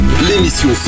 l'émission